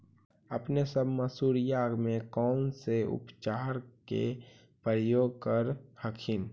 अपने सब मसुरिया मे कौन से उपचार के प्रयोग कर हखिन?